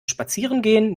spazierengehen